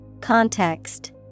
Context